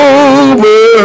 over